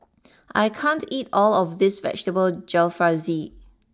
I can't eat all of this Vegetable Jalfrezi